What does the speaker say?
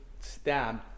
stabbed